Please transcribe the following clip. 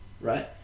right